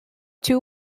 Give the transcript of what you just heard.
two